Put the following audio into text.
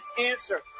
answer